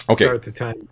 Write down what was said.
Okay